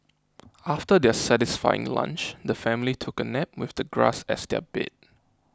after their satisfying lunch the family took a nap with the grass as their bed